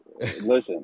listen